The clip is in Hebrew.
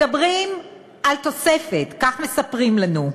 מדברים על תוספת, כך מספרים לנו.